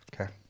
Okay